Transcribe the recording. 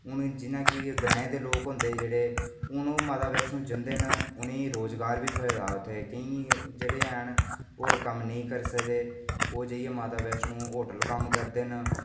हून जि'यां कि ग्राएं दे लोक होई गे जेह्ड़े हून ओह् माता वैष्णो जंदे न ओह् उ'नें गी रोजगार बी थ्होए दा इत्थै ते केईं जेह्ड़े हैन होर कम्म नेईं करी सकदे ओह् माता वैष्णो देवी होटल च कम्म करी दिंदे न